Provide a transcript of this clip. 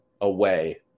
away